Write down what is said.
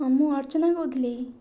ମୁଁ ଅର୍ଚ୍ଚନା କହୁଥିଲି